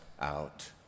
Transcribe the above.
out